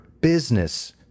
Business